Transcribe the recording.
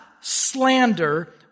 slander